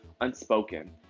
unspoken